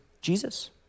Jesus